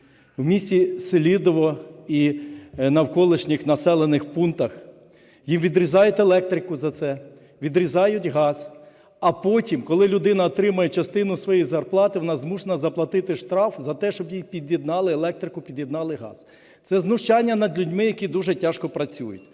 В місті Селидове і навколишніх населених пунктах їм відрізають електрику за це, відрізають газ. А потім, коли людина отримає частину своєї зарплати, вона змушена заплатити штраф за те, щоб їй під'єднали електрику, під'єднали газ. Це знущання над людьми, які дуже тяжко працюють.